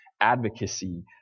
advocacy